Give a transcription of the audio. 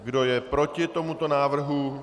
Kdo je proti tomuto návrhu?